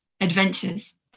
adventures